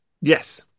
Yes